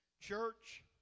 Church